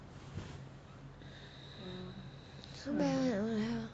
so bad [one] what the hell